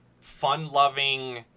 fun-loving